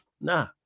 Nah